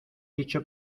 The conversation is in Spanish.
dicho